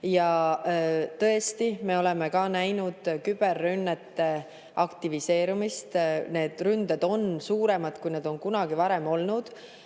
Ja tõesti, me oleme näinud küberrünnete aktiviseerumist. Need ründed on suuremad kui kunagi varem.